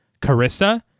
Carissa